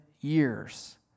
years